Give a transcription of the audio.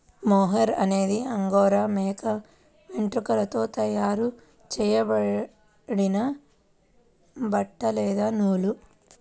mohair అనేది Angora మేక వెంట్రుకలతో తయారు చేయబడిన బట్ట లేదా నూలు